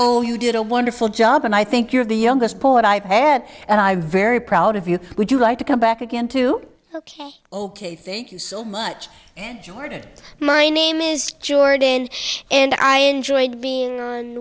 oh you did a wonderful job and i think you're the youngest poet i pad and i'm very proud of you would you like to come back again to ok thank you so much and jordan my name is jordan and i enjoyed being